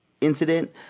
incident